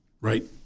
Right